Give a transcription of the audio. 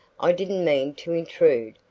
i didn't mean to intrude,